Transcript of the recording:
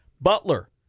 Butler